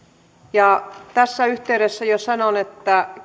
ja tässä yhteydessä jo sanon että